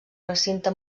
recinte